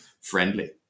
friendly